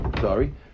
sorry